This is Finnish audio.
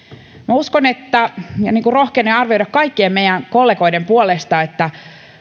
uskon ja rohkenen arvioida kaikkien meidän kollegojen puolesta että